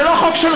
זה לא חוק שלך.